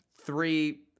three